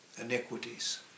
Iniquities